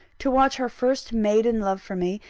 to watch her first maiden love for me,